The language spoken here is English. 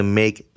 make